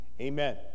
Amen